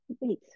wait